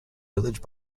village